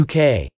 uk